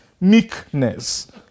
meekness